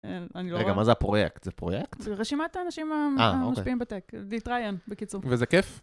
רגע, מה זה הפרויקט? זה פרויקט? זה רשימת האנשים המשפיעים בטק, להתראיין בקיצור. וזה כיף?